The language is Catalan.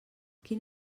quin